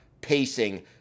pacing